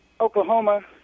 Oklahoma